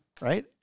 right